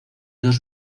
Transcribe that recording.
dos